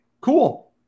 cool